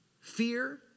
Fear